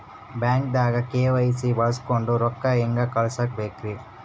ಬ್ಯಾಂಕ್ದಾಗ ಕೆ.ವೈ.ಸಿ ಬಳಸ್ಕೊಂಡ್ ರೊಕ್ಕ ಹೆಂಗ್ ಕಳಸ್ ಬೇಕ್ರಿ?